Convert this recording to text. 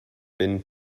been